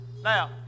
Now